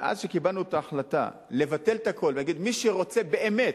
מאז קיבלנו את ההחלטה לבטל את הכול ולהגיד: מי שרוצה באמת,